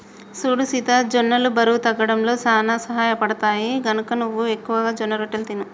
సూడు సీత జొన్నలు బరువు తగ్గడంలో సానా సహయపడుతాయి, గనక నువ్వు ఎక్కువగా జొన్నరొట్టెలు తిను